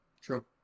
True